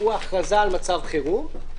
הוא ההכרזה על מצב חירום,